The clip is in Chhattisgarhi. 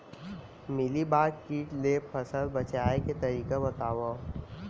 मिलीबाग किट ले फसल बचाए के तरीका बतावव?